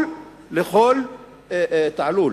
אבל יש גבול לכל תעלול.